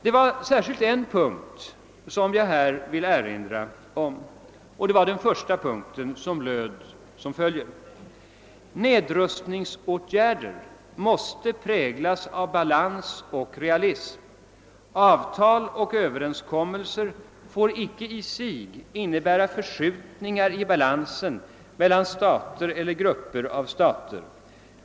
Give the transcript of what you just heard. Jag vill särskilt erinra om en punkt, nämligen den första som har följande lydelse: Nedrustningsåtgärder måste präglas av balans och realism. Avtal och överenskommelser får icke i sig innebära förskjutningar i balansen mellan stater eller grupper av stater.